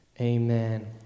amen